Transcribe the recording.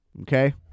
Okay